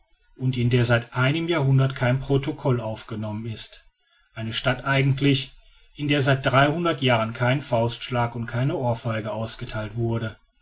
und in der seit einem jahrhundert kein protokoll aufgenommen ist eine stadt endlich in der seit dreihundert jahren kein faustschlag und keine ohrfeige ausgetheilt wurde